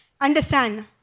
understand